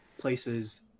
places